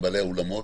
שהם בעלי אולמות